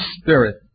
Spirit